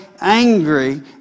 angry